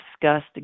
discussed